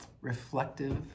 reflective